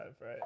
Right